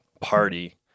party